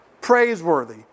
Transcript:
praiseworthy